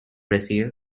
brazil